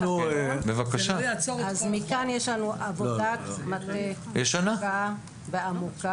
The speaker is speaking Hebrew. יש לנו עבודת מטה עמוקה ורחבה.